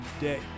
day